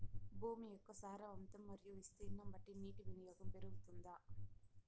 భూమి యొక్క సారవంతం మరియు విస్తీర్ణం బట్టి నీటి వినియోగం పెరుగుతుందా?